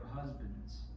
husbands